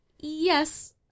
Yes